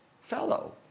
fellow